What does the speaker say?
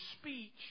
speech